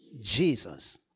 Jesus